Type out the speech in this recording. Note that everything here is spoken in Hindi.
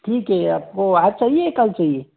ठीक है आप को आज चाहिए कल चाहिए